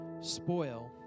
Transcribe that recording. spoil